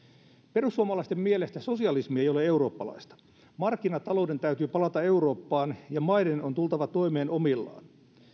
perussuomalaisten mielestä sosialismi ei ole eurooppalaista markkinatalouden täytyy palata eurooppaan ja maiden on tultava toimeen omillaan